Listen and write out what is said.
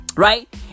Right